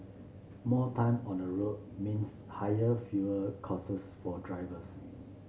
more time on the road means higher fuel costs for drivers